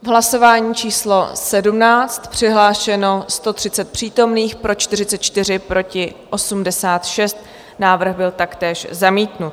V hlasování číslo 17 přihlášeno 130 přítomných, pro 44 proti 86 návrh byl taktéž zamítnut.